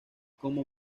como